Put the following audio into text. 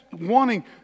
wanting